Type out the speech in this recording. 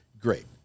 great